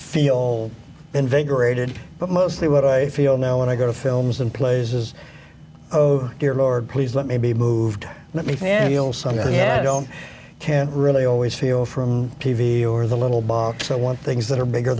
feel invigorated but mostly what i feel now when i go to films and plays is oh dear lord please let me be moved let me feel some can't really always feel from t v or the little box i want things that are bigger